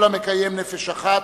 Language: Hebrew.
כל המקיים נפש אחת,